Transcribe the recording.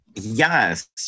Yes